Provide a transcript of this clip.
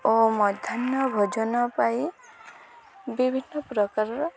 ଓ ମଧ୍ୟାହ୍ନ ଭୋଜନ ପାଇଁ ବିଭିନ୍ନ ପ୍ରକାରର